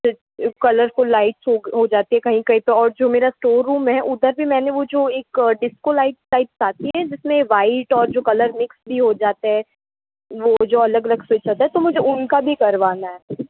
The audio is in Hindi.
फिर कलरफुल लाइट्स हो जाती है कहीं कहीं तो और जो मेरा स्टोर रूम है उधर भी मैंने वो जो एक डिस्को लाइट्स टाइप्स आती है जिसने वाइट और जो कलर मिक्स भी हो जाते हैं वो जो अलग अलग स्विच जाता है तो मुझे उनका भी करवाना है